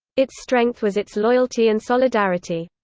its strength was its loyalty and solidarity.